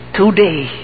today